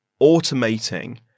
automating